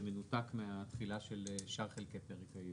זה מנותק מהתחילה של שאר חלקי פרק...